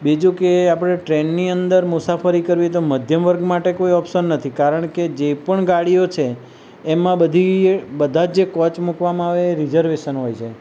બીજું કે આપણે ટ્રેનની અંદર મુસાફરી કરવી તો મધ્યમ વર્ગ માટે કોઈ ઓપ્સન નથી કારણ કે જે પણ ગાડીઓ છે એમાં બધી બધા જે કોચ મૂકવામાં આવે એ રિઝર્વેશન હોય છે